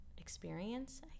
experience